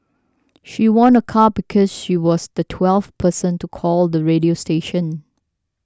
she won a car because she was the twelfth person to call the radio station